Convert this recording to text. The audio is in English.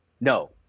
No